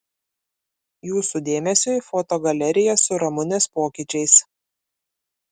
jūsų dėmesiui foto galerija su ramunės pokyčiais